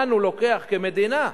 לנו לוקח כמדינה,